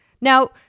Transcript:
Now